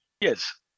Yes